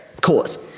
cause